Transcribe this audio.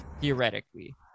theoretically